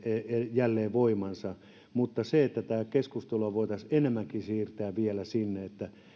jälleen voimansa nousee sieltä ilta auringonlaskun alalta tätä keskustelua voitaisiin enemmänkin siirtää vielä sinne